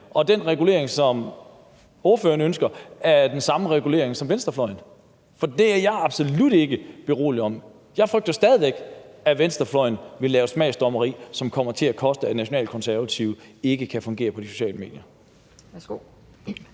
at den regulering, som ordføreren ønsker, ikke er den samme regulering, som venstrefløjen ønsker, for det er jeg absolut ikke beroliget om. Jeg frygter stadig væk, at venstrefløjen vil lave smagsdommeri, som kommer til at koste, at nationalkonservative ikke kan fungere på de sociale medier.